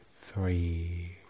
three